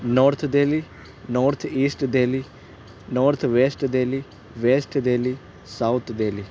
north Delhi north east Delhi north west Delhi west Delhi south Delhi